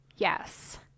Yes